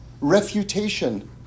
refutation